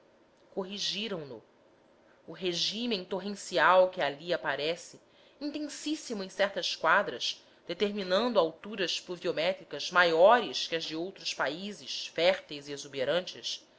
corrigiram no o regime torrencial que ali aparece intensíssimo em certas quadras determinando alturas pluviométricas maiores que as de outros países férteis e exuberantes